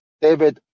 David